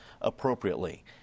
appropriately